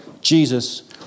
Jesus